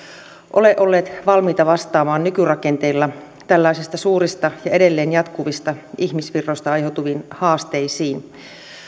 ole olleet valmiita vastaamaan nykyrakenteilla tällaisista suurista ja edelleen jatkuvista ihmisvirroista aiheutuviin haasteisiin